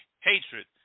hatred